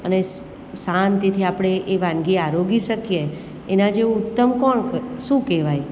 અને સ શાંતિથી આપણે એ વાનગી આરોગી શકીએ એના જેવું ઉત્તમ કોણ ક શું કહેવાય